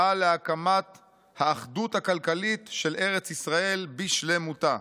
להקמת האחדות הכלכלית של ארץ ישראל בשלמותה.